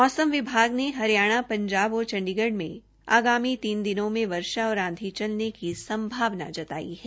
मौसम विभाग ने हरियाणा पंजाब और चंडीगढ़ मे आगामी तीन दिनों में वर्षा और आंधी चलने की संभावना जताई है